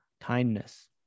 kindness